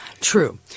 True